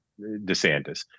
DeSantis